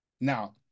Now